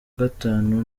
gatanu